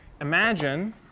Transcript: imagine